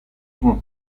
sono